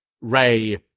Ray